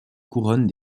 couronne